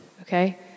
okay